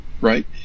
right